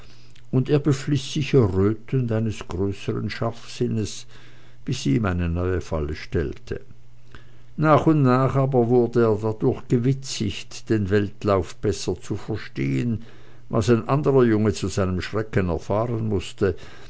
und er befliß sich errötend eines größern scharfsinnes bis sie ihm eine neue falle stellte nach und nach aber wurde er dadurch gewitzigt den weltlauf besser zu verstehen was ein anderer junge zu seinem schrecken erfahren mußte